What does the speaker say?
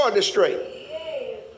Straight